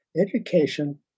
education